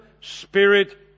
spirit